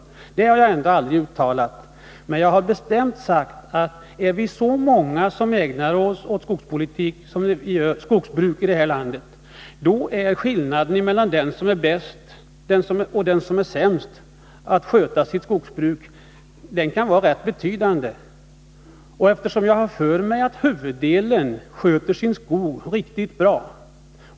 Det har jag aldrig uttalat. Men jag har bestämt sagt att är vi så många som ägnar oss åt skogsbruk i det här landet, då kan skillnaden vara rätt betydande mellan den som är bäst och den som är sämst på att sköta sitt skogsbruk, men jag har för mig att huvuddelen sköter sin skog riktigt bra.